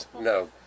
no